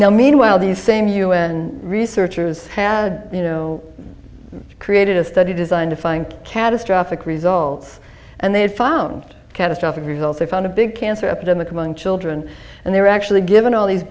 now meanwhile these same u n researchers had created a study designed to find catastrophic results and they had found catastrophic results they found a big cancer epidemic among children and they were actually given all these